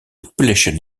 population